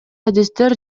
адистер